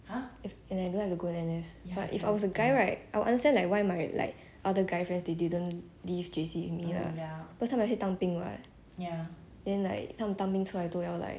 if and I don't have to go N_S but if I was a guy right I will understand like why my like other guy friends they didn't leave J_C with me lah because 他们要去当兵 [what] then like 他们当兵出来都要来